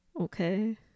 okay